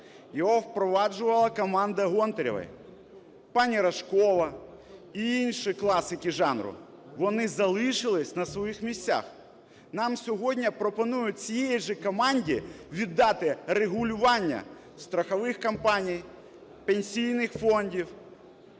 Його впроваджувала команда Гонтаревої: пані Рожкова і інші класики жанру; вони залишились на своїх місцях. Нам сьогодні пропонують цієї ж команді віддати регулювання страхових компаній, пенсійних фондів,